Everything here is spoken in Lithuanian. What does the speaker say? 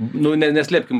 nu ne neslėpkim